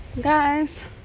Guys